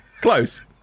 Close